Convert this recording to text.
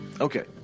Okay